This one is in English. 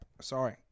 sorry